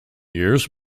years